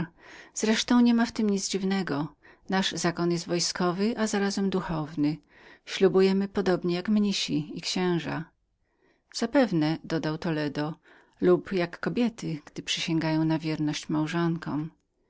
wreszcie nie ma w tem nic dziwnego nasz zakon jest wojskowym ale zarazem duchownym my ślubujemy równie jak mnichy i księża zapewne dodał toledo lub jak kobiety gdy przysięgają na wierność małżonkom